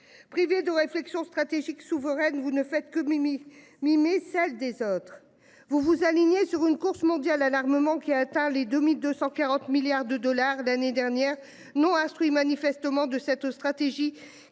Privé de réflexion stratégique souveraine. Vous ne faites que Mimi. Celle des autres, vous vous alignez sur une course mondiale à l'armement qui atteint les 2240 milliards de dollars l'année dernière non instruit manifestement de cette stratégie